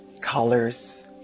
colors